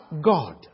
God